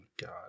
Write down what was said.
god